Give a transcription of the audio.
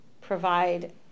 provide